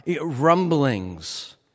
rumblings